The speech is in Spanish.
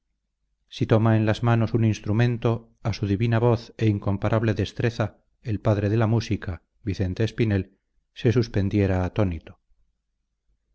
si toma en las manos un instrumento a su divina voz e incomparable destreza el padre de la música vicente espinel se suspendiera atónito